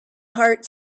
heart